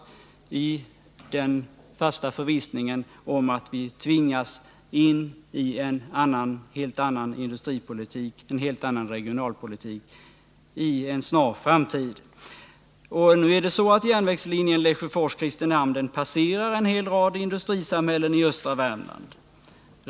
Jag säger detta i den fasta förvissningen att vi inom en snar framtid tvingas till en helt annan industripolitik och regionalpolitik. Järnvägslinjen Lesjöfors-Kristinehamn passerar en hel rad industrisamhällen i östra Värmland.